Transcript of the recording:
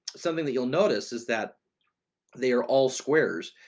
something that you'll notice is that they are all squares.